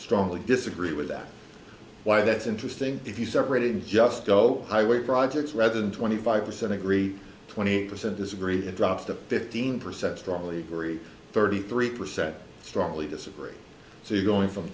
strongly disagree with that why that's interesting if you start reading just go highway projects resident twenty five percent agree twenty percent disagree and drop to fifteen percent strongly agree thirty three percent strongly disagree so you going from